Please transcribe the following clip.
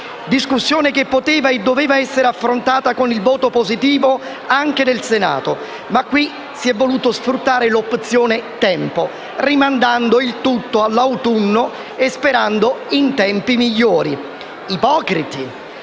discussione che poteva e doveva essere affrontata con il voto positivo anche del Senato. Ma qui si è voluta sfruttare l'opzione tempo, rimandando il tutto all'autunno e sperando in tempi migliori. Sono ipocriti